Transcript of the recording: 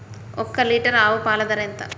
ఒక్క లీటర్ ఆవు పాల ధర ఎంత?